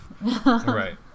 Right